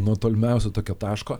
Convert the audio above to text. nuo tolimiausio tokio taško